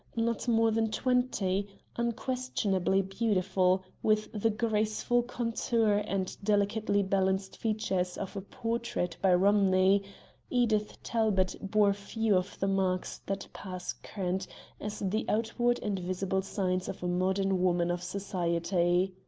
not more than twenty unquestionably beautiful, with the graceful contour and delicately-balanced features of a portrait by romney edith talbot bore few of the marks that pass current as the outward and visible signs of a modern woman of society.